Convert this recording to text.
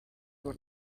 one